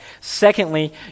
Secondly